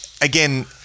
again